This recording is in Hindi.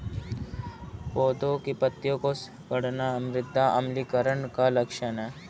पौधों की पत्तियों का सिकुड़ना मृदा अम्लीकरण का लक्षण है